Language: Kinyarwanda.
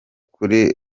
kuri